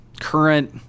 current